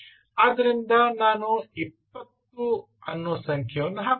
ಆದ್ದರಿಂದ ನಾನು 20 ಅನ್ನುಸಂಖ್ಯೆಯನ್ನು ಹಾಕುತ್ತೇನೆ